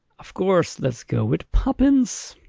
of course, let's go with poppins.